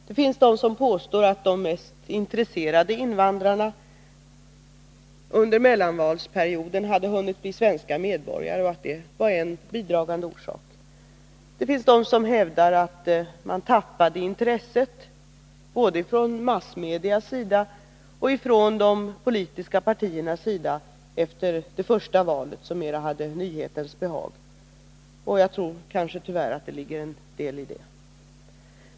Det finns de som påstår att de mest intresserade invandrarna under mellanvalsperioden hade hunnit bli svenska medborgare och att det var en bidragande orsak. Det finns de som hävdar att man tappade intresset från både svenska massmedias och de politiska partiernas sida efter det första valet, som mera hade nyhetens behag. Det ligger kanske tyvärr en del i det.